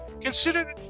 consider